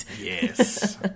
Yes